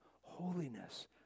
holiness